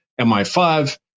MI5